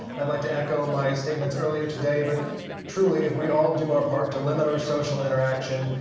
i'd like to echo my statements earlier today, but truly, if we all do our part to limit our social interaction,